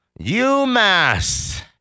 UMass